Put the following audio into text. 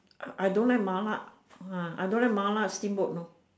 uh I don't like mala I don't like mala steamboat know